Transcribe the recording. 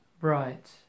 Right